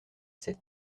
sept